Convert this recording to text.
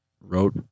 wrote